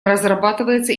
разрабатывается